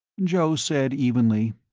joe said evenly,